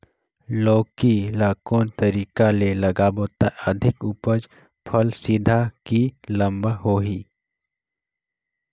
लौकी ल कौन तरीका ले लगाबो त अधिक उपज फल सीधा की लम्बा होही?